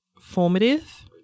formative